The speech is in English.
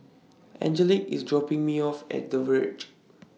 Angelic IS dropping Me off At The Verge